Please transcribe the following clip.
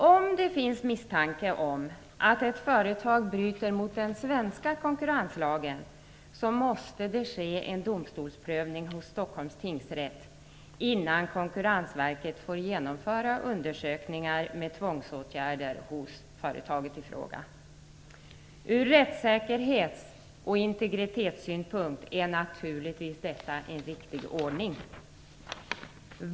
Om det finns misstanke om att ett företag bryter mot den svenska konkurrenslagen måste det ske en domstolsprövning hos Stockholms tingsrätt innan Konkurrensverket får genomföra undersökningar med tvångsåtgärder hos företaget i fråga. Ur rättssäkerhets och integritetssynpunkt är detta naturligtvis en riktig ordning.